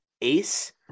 ace